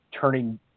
turning